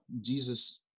Jesus